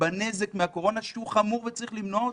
בנזק מהקורונה, שהוא חמור וצריך למנוע אותו,